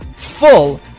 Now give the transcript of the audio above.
full